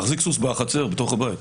להחזיק סוס בחצר של הבית.